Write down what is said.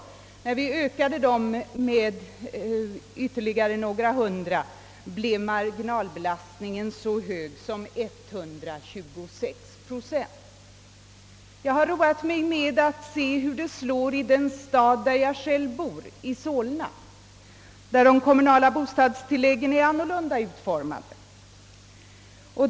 Ökades sidoinkomsterna med ytterligare några hundra kronor blev marginalbelastningen så hög som 126 procent. Jag har roat mig med att undersöka aur detta slår i den stad där jag själv bor, i Solna, där de kommunala bostadstilläggen är annorlunda utformade.